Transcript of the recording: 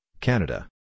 Canada